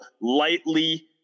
lightly